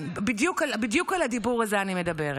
בדיוק על הדיבור הזה אני מדברת.